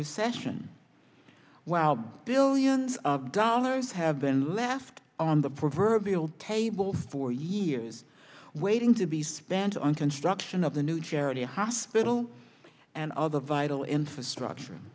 recession well billions of dollars have been left on the proverbial table for years waiting to be spent on construction of the new charity hospital and other vital infrastructure